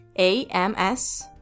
AMS